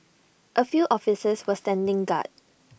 A few officers were standing guard